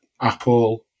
Apple